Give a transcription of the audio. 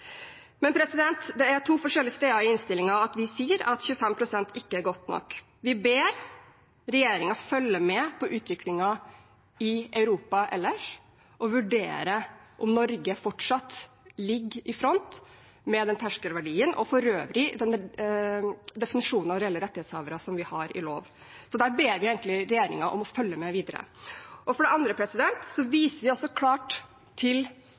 to forskjellige steder i innstillingen der vi sier at 25 pst. ikke er godt nok. Vi ber regjeringen følge med på utviklingen i Europa ellers og vurdere om Norge fortsatt ligger i front med den terskelverdien, og for øvrig med definisjonen av reelle rettighetshavere som vi har i lov. Der ber vi egentlig regjeringen om å følge med videre. For det andre viser vi klart til 5 pst., for vi sier: «Komiteen viser til